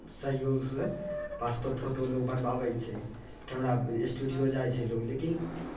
सहयोगसँ passport photo लोक बनवाबै छै कैमरा स्टूडियो जाइ छै लोक लेकिन